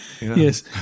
Yes